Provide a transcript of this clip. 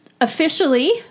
Officially